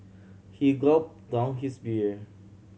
he gulp down his beer